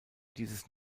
dieses